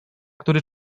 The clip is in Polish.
który